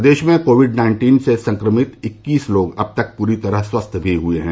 प्रदेश में COVID nineteen से संक्रमित इक्कीस लोग अब तक पूरी तरह स्वस्थ भी हए हैं